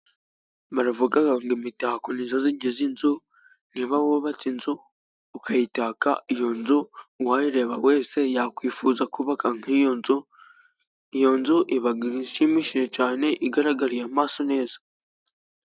Baravuga ngo imitako ni yo igize inzu. Niba wubatse inzu ukayitaka, iyo nzu uwayireba wese yakwifuza kubaka nk'iyo nzu. Iyo nzu iba ishimishije cyane igaragariye amaso neza.